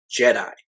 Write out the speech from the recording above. Jedi